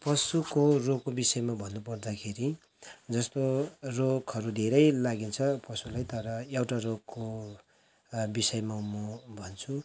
पशुको रोगको विषयमा भन्नु पर्दाखेरि जस्तो रोगहरू धेरै लागेको छ पशुलाई तर एउटा रोगको विषयमा म भन्छु